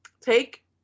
take